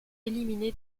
éliminé